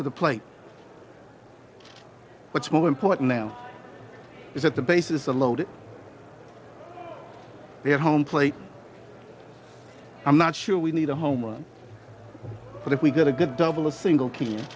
to the plate what's more important now is that the base is a load the home plate i'm not sure we need a home run but if we get a good double a single k